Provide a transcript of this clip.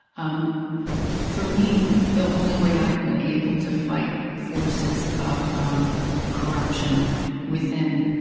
um for me, the only way i've been able to fight forces of um corruption within,